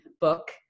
book